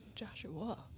Joshua